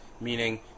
Meaning